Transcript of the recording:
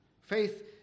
Faith